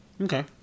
Okay